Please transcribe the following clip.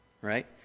right